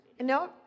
no